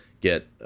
get